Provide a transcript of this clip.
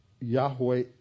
Yahweh